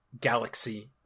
galaxy